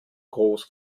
groß